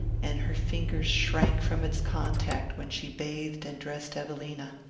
and her fingers shrank from its contact when she bathed and dressed evelina.